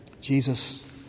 Jesus